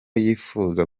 yifuza